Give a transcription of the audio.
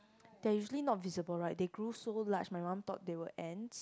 they are usually not visible right they grew so large my mum thought they were ants